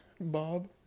Bob